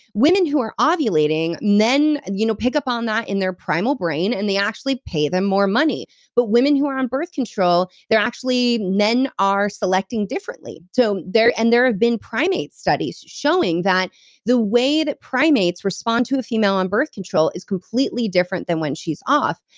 women who are ah ovulating, men and you know pick up on that in their primal brain, and they actually pay them more money but women who are on birth control, they're actually. men are selecting differently. so and there have been primate studies showing that the way that primates respond to a female on birth control is completely different than when she's off.